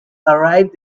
arrive